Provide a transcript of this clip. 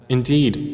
Indeed